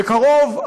בקרוב,